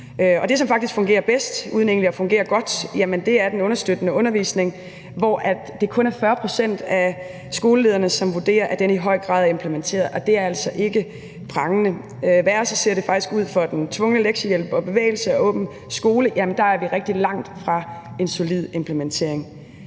Det, som faktisk fungerer bedst uden egentlig at fungere godt, er den understøttende undervisning, hvor det kun er 40 pct. af skolelederne, som vurderer, at den i høj grad er implementeret, og det er altså ikke prangende. Værre ser det faktisk ud for den tvungne lektiehjælp, bevægelse og åben skole, for der er vi rigtig langt fra en solid implementering.